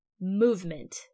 movement